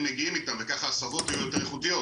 מגיעים איתם וכך ההסבות יהיו יותר איכותיות,